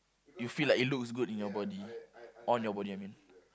you feel like it looks good in your body on your body I mean